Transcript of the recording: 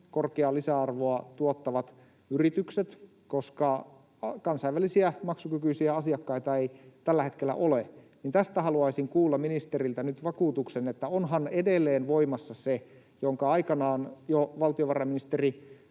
korkeaa lisäarvoa tuottavat yritykset, koska kansainvälisiä maksukykyisiä asiakkaita ei tällä hetkellä ole. Tästä haluaisin kuulla ministeriltä nyt vakuutuksen, että onhan edelleen voimassa se, minkä aikanaan jo valtiovarainministeri